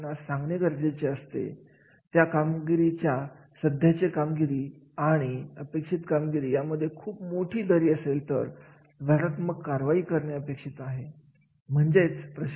परंतु जेव्हा आपण कार्याचे मूल्यमापन प्रक्रियेविषयी बोलत असतो तेव्हा काही विशिष्ट उद्योग समूह दीर्घकालीन व्यवसायाच्या संधी च्या नियोजनाविषयी बोलत असतात